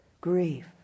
grief